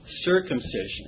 circumcision